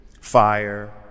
Fire